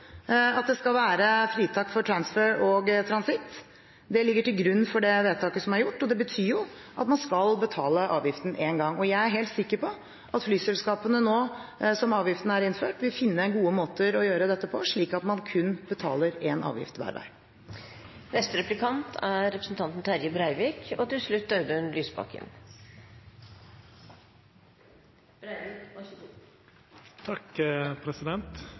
at det skal være fritak for transfer og transitt. Det ligger til grunn for vedtaket som er gjort, og det betyr at man skal betale avgiften én gang. Jeg er helt sikker på at flyselskapene, nå som avgiften er innført, vil finne gode måter å gjøre dette på, slik at man kun betaler én avgift hver vei. Thøgersen-utvalet har vore gjengangar og tema i fleire hovudinnlegg og i replikkordskiftet i dag. Spørsmålet mitt til